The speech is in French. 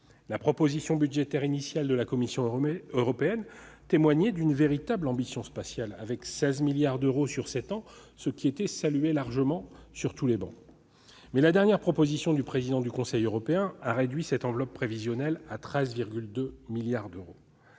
la proposition budgétaire initiale de la Commission témoignait d'une véritable ambition spatiale, avec 16 milliards d'euros sur sept ans, une somme saluée sur toutes les travées. Toutefois, la dernière proposition du président du Conseil européen a réduit cette enveloppe prévisionnelle à 13,2 milliards d'euros.